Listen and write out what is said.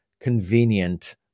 convenient